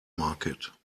market